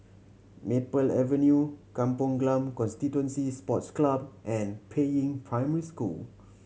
Maple Avenue Kampong Glam Constituency Sports Club and Peiying Primary School